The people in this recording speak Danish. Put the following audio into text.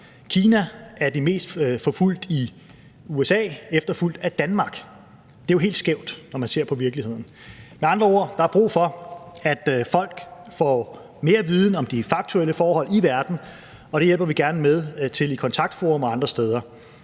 Kina, er de mest forfulgte i USA efterfulgt af i Danmark. Det er jo helt skævt, når man ser på virkeligheden. Der er med andre ord brug for, at folk får mere viden om de faktuelle forhold i verden, og det hjælper vi gerne med til i Kontaktforum og andre steder.